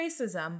racism